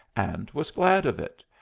and was glad of it.